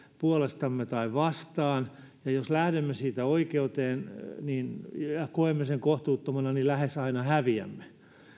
puolestamme tai vastaan ja jos lähdemme siitä oikeuteen ja koemme sen kohtuuttomana niin lähes aina häviämme